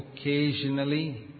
occasionally